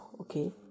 okay